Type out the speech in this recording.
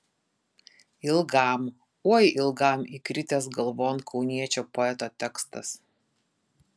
ilgam oi ilgam įkritęs galvon kauniečio poeto tekstas